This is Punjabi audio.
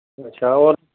ਅੱਛਾ ਹੋਰ